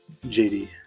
JD